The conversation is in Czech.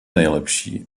nejlepší